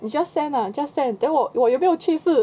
你 just send just send lah then 我有没有去是